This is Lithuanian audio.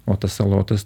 o tas salotas